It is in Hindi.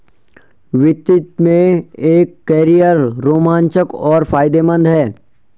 वित्त में एक कैरियर रोमांचक और फायदेमंद है